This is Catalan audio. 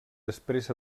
després